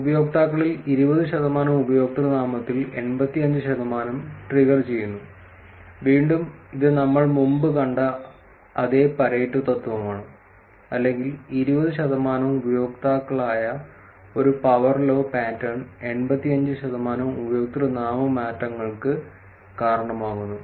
ഉപയോക്താക്കളിൽ 20 ശതമാനം ഉപയോക്തൃനാമത്തിൽ 85 ശതമാനം ട്രിഗർ ചെയ്യുന്നു വീണ്ടും ഇത് നമ്മൾ മുമ്പ് കണ്ട അതേ പാരെറ്റോ തത്വമാണ് അല്ലെങ്കിൽ 20 ശതമാനം ഉപയോക്താക്കളായ ഒരു പവർ ലോ പാറ്റേൺ 85 ശതമാനം ഉപയോക്തൃനാമ മാറ്റങ്ങൾക്ക് കാരണമാകുന്നു